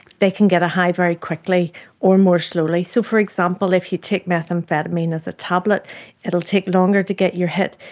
they can get a high very quickly or more slowly. so, for example, if you take methamphetamine as a tablet it will take longer to get your hit.